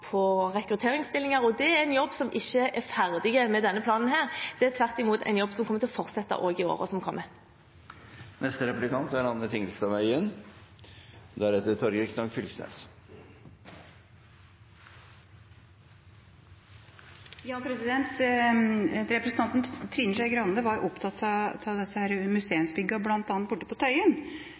til rekrutteringsstillinger, og det er en jobb som ikke er ferdig med denne planen. Det er tvert imot en jobb som kommer til å fortsette også i årene som kommer. Representanten Trine Skei Grande var opptatt av disse museumsbyggene, bl.a. på Tøyen,